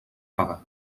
pagar